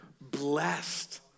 blessed